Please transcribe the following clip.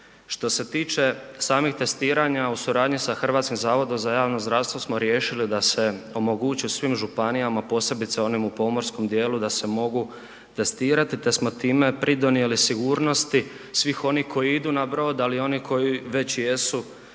Što se tiče samih testiranja u suradnji sa HZJZ-om smo riješili da se omogući svim županijama posebice onim u pomorskom djelu da se mogu testirati te smo time pridonijeli sigurnosti svih onih koji idu na brod ali i onih koji već jesu